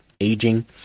aging